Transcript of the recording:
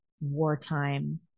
wartime